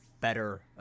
better